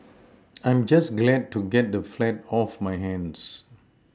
I'm just glad to get the flat off my hands